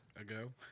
ago